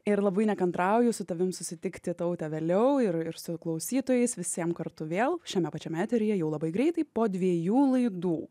ir labai nekantrauju su tavim susitikti taute vėliau ir ir su klausytojais visiem kartu vėl šiame pačiame eteryje jau labai greitai po dviejų laidų